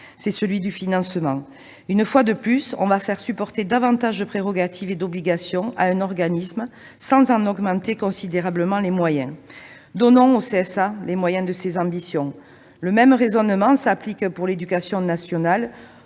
: celui du financement. Une fois de plus, on va faire supporter davantage de prérogatives et d'obligations à un organisme sans augmenter considérablement ses moyens. Donnons au CSA les moyens de ses ambitions ! Le même raisonnement s'applique pour l'éducation nationale